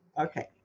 Okay